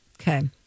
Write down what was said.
Okay